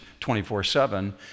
24-7